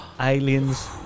aliens